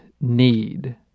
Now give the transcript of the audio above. need